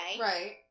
Right